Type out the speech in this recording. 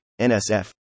NSF